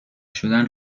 شدن